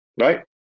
Right